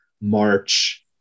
march